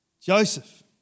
Joseph